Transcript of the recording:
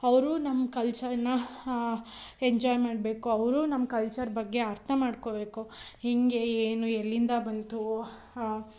ಅವರೂ ನಮ್ಮ ಕಲ್ಚರನ್ನ ಎಂಜಾಯ್ ಮಾಡಬೇಕು ಅವರೂ ನಮ್ಮ ಕಲ್ಚರ್ ಬಗ್ಗೆ ಅರ್ಥ ಮಾಡ್ಕೋಬೇಕು ಹೇಗೆ ಏನು ಎಲ್ಲಿಂದ ಬಂತು